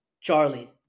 Charlie